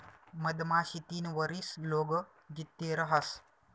मधमाशी तीन वरीस लोग जित्ती रहास